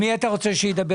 מי אתה רוצה שידבר?